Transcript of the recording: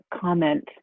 comment